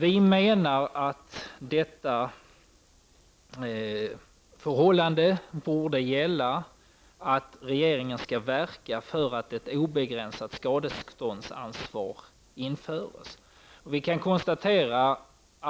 Vi menar att det förhållandet borde gälla, att regeringen skall verka för att ett obegränsat skadeståndsansvar införs.